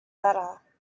better